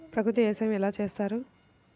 ప్రకృతి వ్యవసాయం ఎలా చేస్తారు?